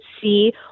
see